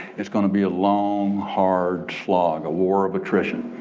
it's gonna be long hard slog. a war of attrition.